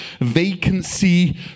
vacancy